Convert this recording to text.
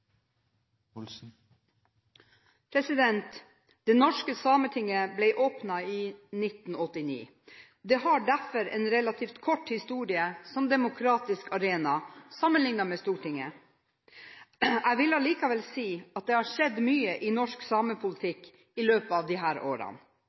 minutter. Det norske sametinget ble åpnet i 1989. Det har derfor en relativt kort historie som demokratisk arena, sammenlignet med Stortinget. Jeg vil allikevel si at det har skjedd mye i norsk